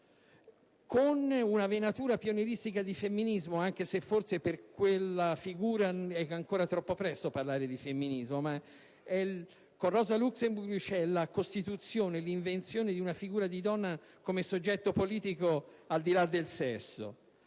con una venatura pionieristica di femminismo, anche se forse per quella figura è ancora troppo presto per parlare di femminismo. Di fatto, con Rosa Luxemburg si realizza la costruzione, l'invenzione di una figura di donna come soggetto politico, al di là del sesso.